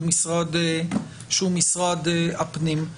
שהוא משרד הפנים.